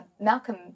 Malcolm